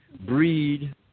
breed